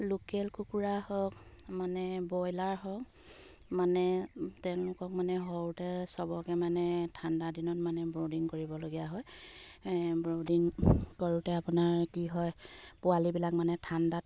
local কুকুৰা হওক মানে ব্ৰইলাৰ হওক মানে তেওঁলোকক মানে সৰুতে চবকে মানে ঠাণ্ডাদিনত মানে ব্ৰীডিং কৰিবলগীয়া হয় ব্ৰীডিং কৰোঁতে আপোনাৰ কি হয় পোৱালিবিলাক মানে ঠাণ্ডাত